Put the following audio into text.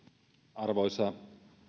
arvoisa